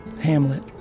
Hamlet